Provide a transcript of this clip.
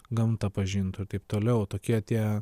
gamtą pažintų ir taip toliau tokie tie